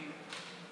רק הפערים,